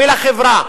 ולחברה,